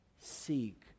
Seek